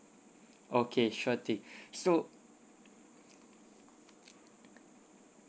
okay sure thing so